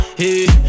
hey